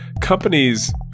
companies